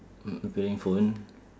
what repairing phone